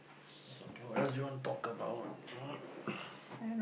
so okay what else do you want talk about